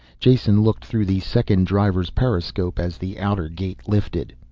jason looked through the second-driver's periscope as the outer gate lifted.